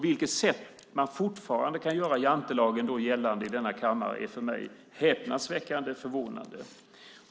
Att man fortfarande kan göra jantelagen gällande i denna kammare på detta sätt är för mig häpnadsväckande och förvånande.